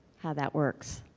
how that works.